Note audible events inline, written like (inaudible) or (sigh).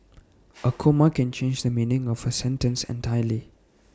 (noise) A comma can change the meaning of A sentence entirely